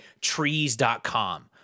trees.com